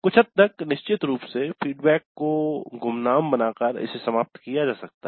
कुछ हद तक निश्चित रूप से फीडबैक को गुमनाम बनाकर इसे समाप्त किया जा सकता है